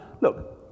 look